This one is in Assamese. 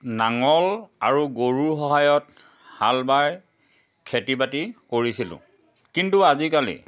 নাঙল আৰু গৰুৰ সহায়ত হাল বাই খেতি বাতি কৰিছিলোঁ কিন্তু আজিকালি